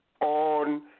on